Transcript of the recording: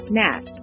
net